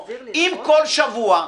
אם כל שבוע,